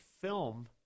film